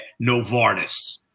Novartis